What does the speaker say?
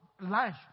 life